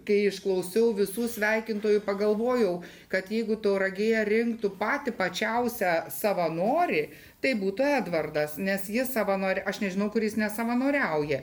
kai išklausiau visų sveikintojų pagalvojau kad jeigu tauragėje rinktų patį plačiausią savanorį tai būtų edvardas nes jis savano aš nežinau kur jis nesavanoriauja